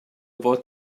fod